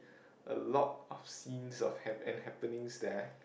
a lot of scenes of hap~ and happenings there